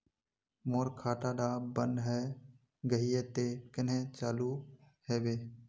मोर खाता डा बन है गहिये ते कन्हे चालू हैबे?